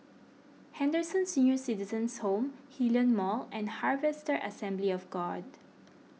Henderson Senior Citizens' Home Hillion Mall and Harvester Assembly of God